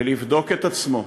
ולבדוק את עצמו,